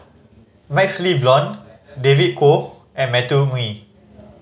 MaxLe Blond David Kwo and Matthew Ngui